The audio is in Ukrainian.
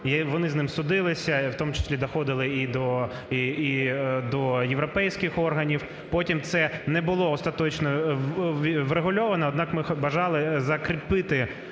вони з ними судилися, в тому числі, доходили і до європейських органів. Потім це не було остаточно врегульовано, однак ми бажали закріпити